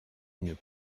une